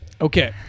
Okay